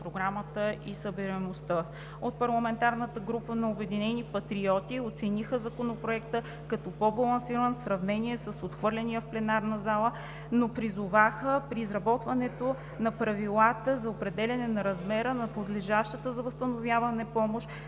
Програмата и събираемостта. От парламентарната група на „Обединени патриоти“ оцениха Законопроекта като по-балансиран, в сравнение с отхвърления в пленарната зала, но призоваха при изработването на правилата за определяне на размера на подлежащата на възстановяване помощ